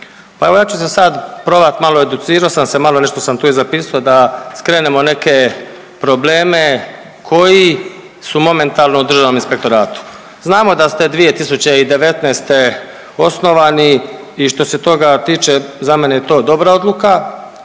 Pa evo ja ću se sad probat malo, educirao sam se malo nešto sam tu i zapisao da skrenemo neke probleme koji su momentalno u Državnom inspektoratu. Znamo da ste 2019. osnovani i što se toga tiče za mene je to dobra odluka